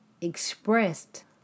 expressed